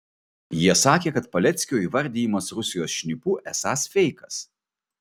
jie sakė kad paleckio įvardijimas rusijos šnipu esąs feikas